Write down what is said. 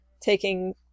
taking